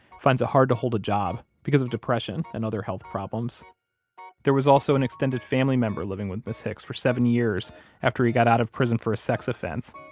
finds it hard to hold a job because of depression and other health problems there was also an extended family member living with ms. hicks for seven years after he got out of prison for a sex offense.